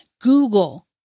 Google